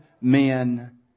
men